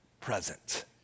present